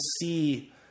see